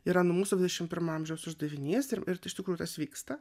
yra nu mūsų dvidešimt pirmo amžiaus uždavinys ir ir iš tikrųjų tas vyksta